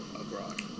abroad